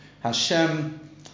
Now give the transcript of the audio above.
Hashem